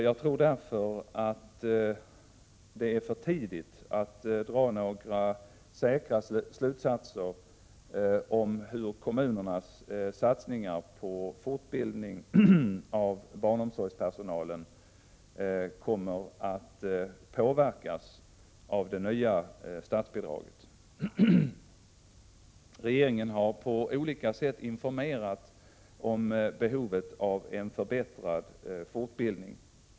Jag tror därför att det är för tidigt att dra några säkra slutsatser om hur kommunernas satsningar på fortbildning av barnomsorgspersonalen kommer att påverkas av det nya statsbidraget. Regeringen har på olika sätt informerat om behovet av en förbättrad fortbildning.